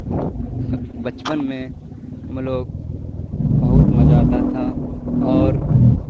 بچپن میں ہم لوگ بہت مزہ آتا تھا اور